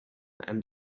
and